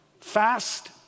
fast